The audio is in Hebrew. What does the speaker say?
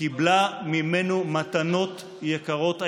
יקרות ערך.